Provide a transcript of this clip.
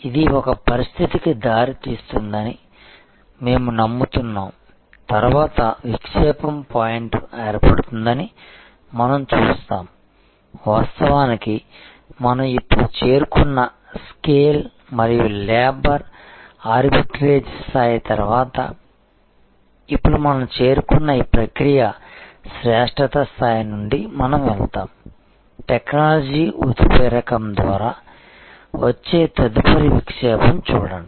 ఇది ఒక పరిస్థితికి దారి తీస్తుందని మేము నమ్ముతున్నాము తరువాతి విక్షేపం పాయింట్ ఏర్పడుతుందని మనం చూస్తాము వాస్తవానికి మనం ఇప్పుడు చేరుకున్న స్కేల్ మరియు లేబర్ ఆర్బిట్రేజ్ స్థాయి తర్వాత ఇప్పుడు మనం చేరుకున్న ఈ ప్రక్రియ శ్రేష్ఠత స్థాయి నుండి మనం వెళ్తాము టెక్నాలజీ ఉత్ప్రేరకం ద్వారా వచ్చే తదుపరి విక్షేపం చూడండి